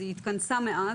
היא התכנסה מאז,